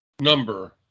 number